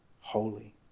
holy